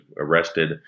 arrested